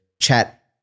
chat